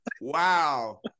Wow